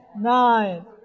nine